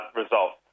result